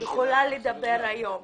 יכולה לדבר היום.